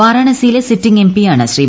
വാരാണസിയിലെ sitting എംപിയാണ് ശ്രീ